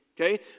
okay